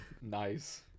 Nice